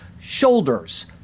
shoulders